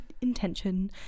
intention